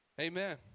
Amen